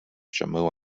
jammu